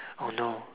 oh no